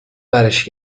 برش